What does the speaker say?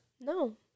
No